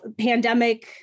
pandemic